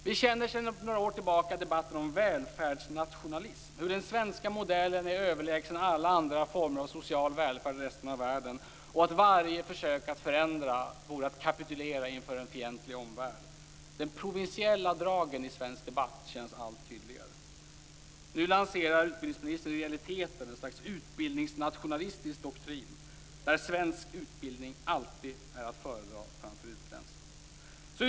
Vi känner sedan några år tillbaka debatten om välfärdsnationalism: hur den svenska modellen är överlägsen alla andra former av social välfärd i resten av världen och hur varje försök att förändra vore att kapitulera inför en fientlig omvärld. De provinsiella dragen i svensk debatt känns allt tydligare. Nu lanserar utbildningsministern i realiteten ett slags utbildningsnationalistisk doktrin där svensk utbildning alltid är att föredra framför utländsk.